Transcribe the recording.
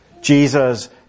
Jesus